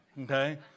okay